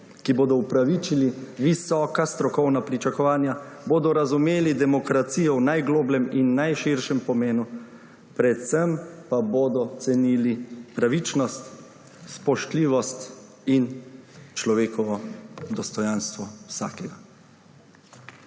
ki bodo upravičili visoka strokovna pričakovanja, bodo razumeli demokracijo v najglobljem in najširšem pomenu, predvsem pa bodo cenili pravičnost, spoštljivost in človekovo dostojanstvo vsakega.